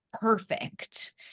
perfect